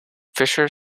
fisher